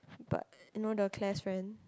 but you know the claire's friend